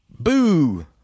Boo